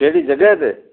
कहिड़ी जॻहि ते